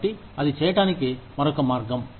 కాబట్టి అది చేయటానికి మరొక మార్గం